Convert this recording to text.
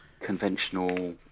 conventional